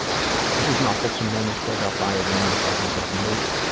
this is an awfulsome moment filled out by a woman who calls herself moot.